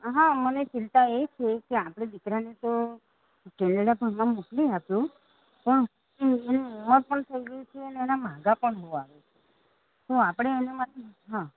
હા મને ચિંતા એ છે આપણે દીકરાને તો કેનેડા ભણવા મોકલી આપ્યો પણ એની એની ઉમર પણ થઇ ગઈ છે ને એના માંગા પણ બહુ આવે છે તો આપણે એના માટે હ